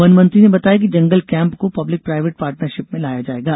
वनमंत्री ने बताया कि जंगल केम्प को पब्लिक प्रायवेट पार्टनरशिप में लाया जायेगा